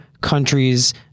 countries